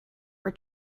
were